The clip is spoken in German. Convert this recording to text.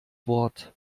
wort